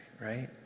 right